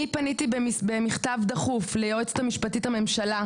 אני פניתי במכתב דחוף ליועצת המשפטית הממשלה,